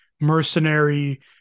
mercenary